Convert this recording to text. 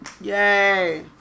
Yay